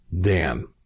Dan